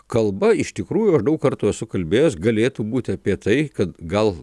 kalba iš tikrųjų aš daug kartų esu kalbėjęs galėtų būti apie tai kad gal